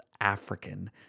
African